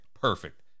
perfect